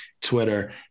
twitter